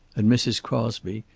and mrs. crosby,